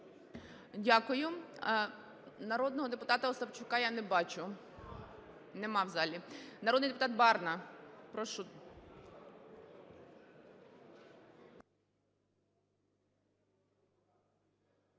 Дякую. Народного депутата Остапчука я не бачу. Нема в залі. Народний депутат Барна, прошу.